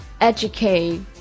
educate